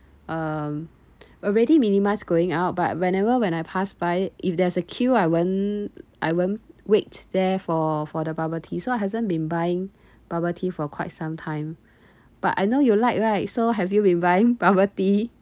um already minimize going out but whenever when I passed by if there's a queue I won't I won't wait there for for the bubble tea so hasn't been buying bubble tea for quite some time but I know you like right so have you been buying bubble tea